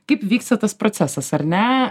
kaip vyksta tas procesas ar ne